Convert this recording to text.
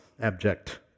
abject